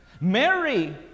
Mary